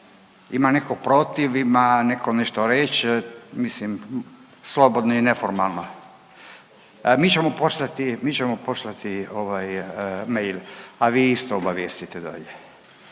ima neko protiv, ima neko nešto reć mislim slobodno i neformalno? Mi ćemo poslati mail, a vi isto obavijestite dolje